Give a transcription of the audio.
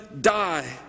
die